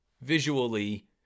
visually